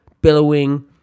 billowing